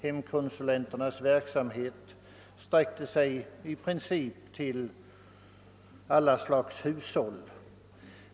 Hemkonsulenternas verksamhet = utsträckte sig i princip till att gälla alla slags hushåll.